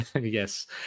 yes